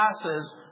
classes